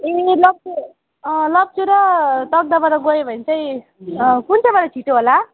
ए लप्चू लप्चू र तकदाबाट गयो भने चाहिँ कुन चाहिँबाट छिटो होला